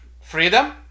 freedom